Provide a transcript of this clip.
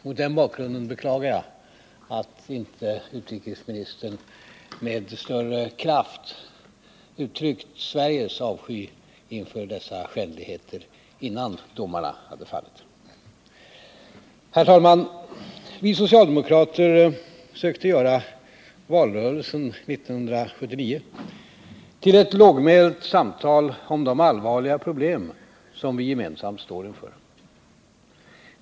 Mot den bakgrunden beklagar jag att inte utrikesministern, innan domarna föll, med större kraft har uttryckt Sveriges avsky inför dessa skändligheter. 3 Herr talman! Vi socialdemokrater sökte göra valrörelsen 1979 till ett lågmält samtal om de allvarliga problem som vi gemensamt står inför.